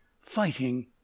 Fighting